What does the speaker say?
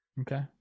Okay